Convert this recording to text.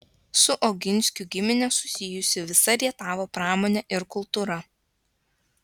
su oginskių gimine susijusi visa rietavo pramonė ir kultūra